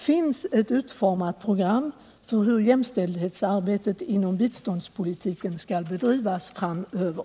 Finns det utformat ett program för hur jämställdhetsarbetet inom biståndspolitiken skall bedrivas framöver?